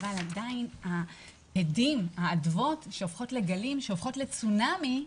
אבל עדיין האדוות שהופכות לגלים, שהופכות לצונאמי,